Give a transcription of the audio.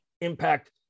impact